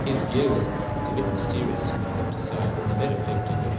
his view it's a bit mysterious to me i have to say but the nett effect of it